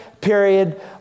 period